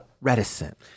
reticent